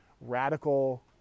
radical